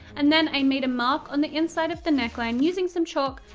and then i made a mark on the inside of the neckline, using some chalk,